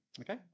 Okay